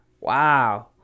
Wow